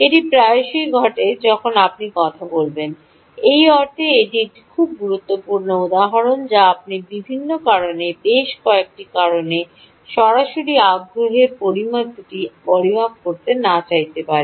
এটি প্রায়শই ঘটে যখন আপনি কথা বলবেন এই অর্থে এটি একটি খুব গুরুত্বপূর্ণ উদাহরণ যা আপনি বিভিন্ন কারণে বেশ কয়েকটি কারণে সরাসরি আগ্রহের পরামিতিটি পরিমাপ করতে না চাইতে পারেন